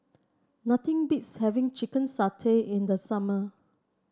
nothing beats having Chicken Satay in the summer